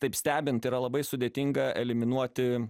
taip stebint yra labai sudėtinga eliminuoti